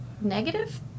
negative